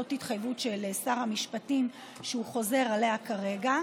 זאת התחייבות של שר המשפטים שהוא חוזר עליה כרגע.